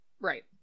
Right